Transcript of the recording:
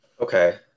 Okay